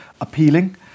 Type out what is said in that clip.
appealing